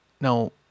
Now